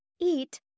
eat